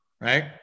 right